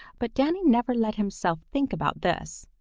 but danny never let himself think about this.